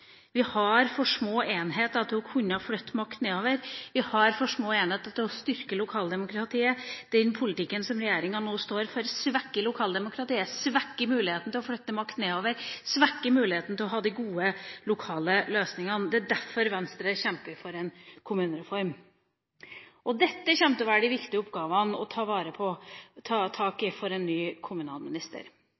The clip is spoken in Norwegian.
Vi har for små enheter til å kunne flytte makt nedover. Vi har for små enheter til å styrke lokaldemokratiet. Den politikken som regjeringa nå står for, svekker lokaldemokratiet, svekker muligheten til å flytte makt nedover og svekker muligheten til å ha de gode lokale løsningene. Det er derfor Venstre kjemper for en kommunereform. Dette kommer til å være de viktige oppgavene å ta tak i for en ny kommunalminister.